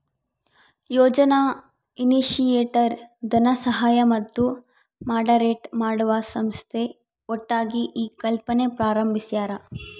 ಯೋಜನಾ initiator ಧನಸಹಾಯ ಮತ್ತು moderate ಮಾಡುವ ಸಂಸ್ಥೆ ಒಟ್ಟಾಗಿ ಈ ಕಲ್ಪನೆ ಪ್ರಾರಂಬಿಸ್ಯರ